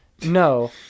No